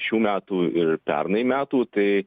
šių metų ir pernai metų tai